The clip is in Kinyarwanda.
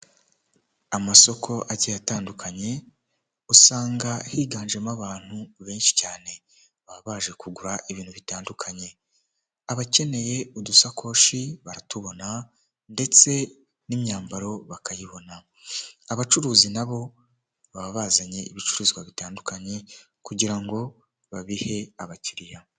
Amasoko agiye atandukanye usanga higanjemo abantu benshi cyane baba baje kugura ibintu bitandukanye abakeneye udusakoshi baratubona ndetse n'imyambaro bakayibona abacuruzi nabo baba bazanye ibicuruzwa bitandukanye kugira ngo babihe abakiriya.